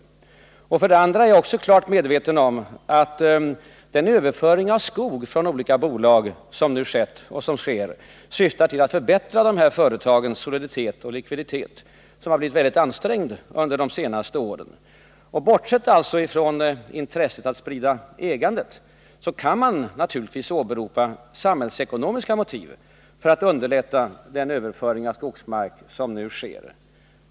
För det andra är jag klart medveten om att den överföring av skog från olika bolag som skett och som nu sker syftar till att förbättra de här företagens soliditet och likviditet, som har ansträngts mycket under de senaste åren. Bortsett från intresset att sprida ägandet kan man naturligtvis åberopa samhällsekonomiska motiv för att underlätta den överföring av skogsmark som nu sker.